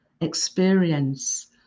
experience